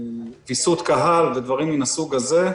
ויסות קהל ודברים מן הסוג הזה,